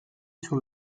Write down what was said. sur